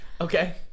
Okay